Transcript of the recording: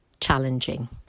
challenging